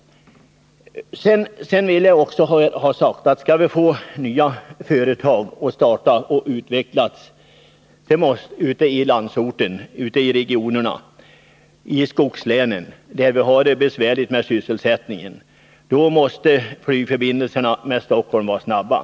Det gäller dock i första hand vårt befintliga näringsliv. Men skall vi få nya företag att starta och utvecklas ute i regionerna, t.ex. i skogslänen, där vi har det besvärligt med sysselsättningen, måste flygförbindelserna med Stockholm vara snabba.